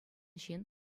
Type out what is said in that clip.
ҫын